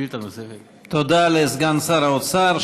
תודה לסגן שר האוצר.